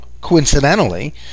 coincidentally